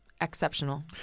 exceptional